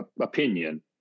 opinion